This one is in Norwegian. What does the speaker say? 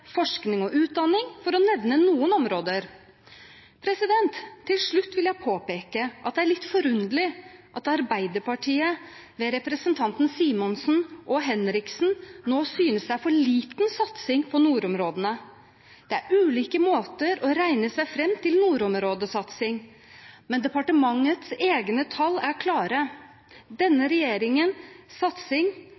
forskning og utdanning – for å nevne noen områder. Til slutt vil jeg påpeke at det er litt forunderlig at Arbeiderpartiet ved representantene Simensen og Henriksen nå synes det er for liten satsing på nordområdene. Det er ulike måter å regne seg fram til nordområdesatsingen på, men departementets egne tall er klare: Denne regjeringens satsing